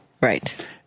Right